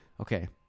okay